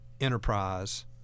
enterprise